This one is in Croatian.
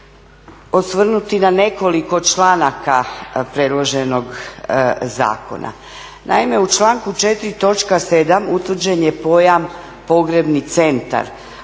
osvrnuti na nekoliko članaka predloženog zakona. Naime u članku 4., točka 7, utvrđen je pojam pogrebni centar.